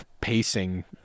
Pacing